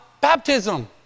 baptism